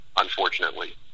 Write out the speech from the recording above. unfortunately